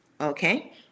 Okay